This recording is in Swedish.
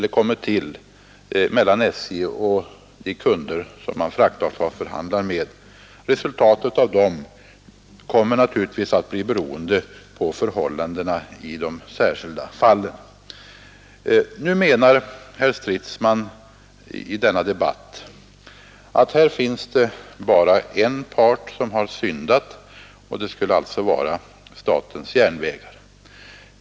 Resultatet av förhandlingarna mellan SJ och kunderna blir beroende av förhållandena i de särskilda fallen. Nu menar herr Stridsman i denna debatt att en part har syndat, nämligen statens järnvägar.